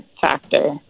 factor